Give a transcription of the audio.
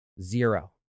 zero